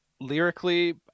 lyrically